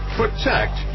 protect